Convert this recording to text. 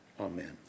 Amen